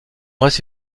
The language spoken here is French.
reste